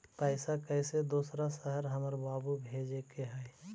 पैसा कैसै दोसर शहर हमरा बाबू भेजे के है?